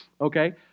Okay